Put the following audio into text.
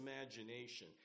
imagination